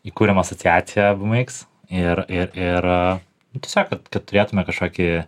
įkūrėm asociaciją bmx ir ir ir tiesiog kad kad turėtume kažkokį